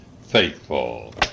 faithful